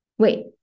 wait